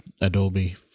adobe